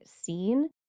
scene